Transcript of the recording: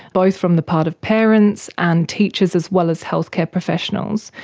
both from the part of parents and teachers as well as healthcare professionals.